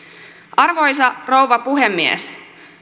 arvoisa rouva puhemies